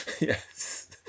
yes